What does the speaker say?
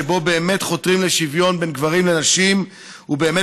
שבו באמת חותרים לשוויון בין גברים לנשים ובאמת